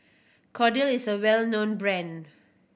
Kordel is a well known brand